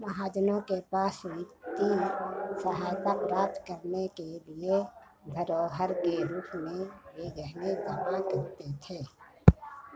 महाजनों के पास वित्तीय सहायता प्राप्त करने के लिए धरोहर के रूप में वे गहने जमा करते थे